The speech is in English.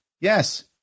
Yes